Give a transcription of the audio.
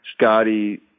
Scotty